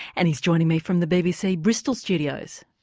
and he's joining me from the bbc bristol studios.